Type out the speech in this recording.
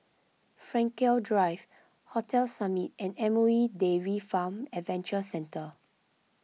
Frankel Drive Hotel Summit and M O E Dairy Farm Adventure Centre